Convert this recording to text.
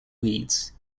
weeds